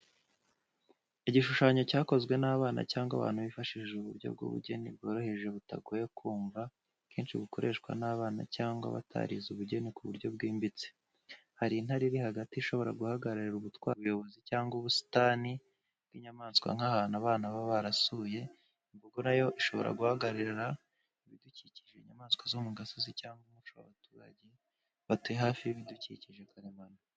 Igishushanyo cyakozwe n’abana cyangwa abantu bifashishije uburyo bw'ubugeni bworoheje butagoye kumva, kenshi bukoreshwa n’abana cyangwa abatarize ubugeni ku buryo bwimbitse. Hari intare iri hagati ishobora guhagararira ubutwari, ubuyobozi, cyangwa ubusitani bw’inyamaswa nk’ahantu abana baba barasuye. Imbogo na yo ishobora guhagararira ibidukikije, inyamaswa zo mu gasozi, cyangwa umuco w’abaturage batuye hafi y’ibidukikije karemano.